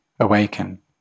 Awaken